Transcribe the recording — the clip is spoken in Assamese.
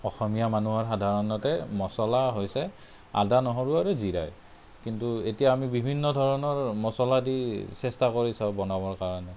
অসমীয়া মানুহৰ সাধাৰণতে মচলা হৈছে আদা নহৰু আৰু জিৰা কিন্তু এতিয়া আমি বিভিন্ন ধৰণৰ মচলা দি চেষ্টা কৰি চাওঁ বনাবৰ কাৰণে